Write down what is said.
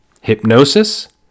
hypnosis